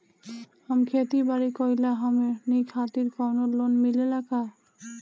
हम खेती बारी करिला हमनि खातिर कउनो लोन मिले ला का?